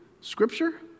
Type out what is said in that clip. Scripture